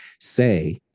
say